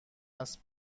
است